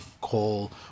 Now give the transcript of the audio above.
call